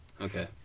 Okay